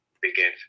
begin